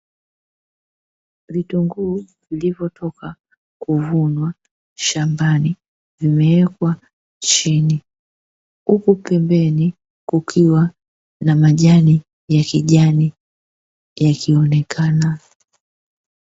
vitunguu vilivyotoka kuvunwa shambani vimewekwa chini, huku pembeni kukiwa na majani ya kijani yakionekana.